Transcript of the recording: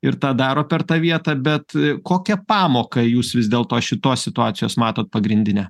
ir tą daro per tą vietą bet kokią pamoką jūs vis dėlto šitos situacijos matot pagrindinę